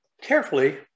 carefully